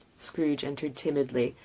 scrooge entered timidly,